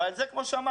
ועל זה כמו שאמרתי,